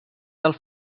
del